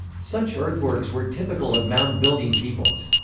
such earthworks were typical of mound-building peoples.